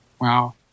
Wow